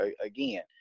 again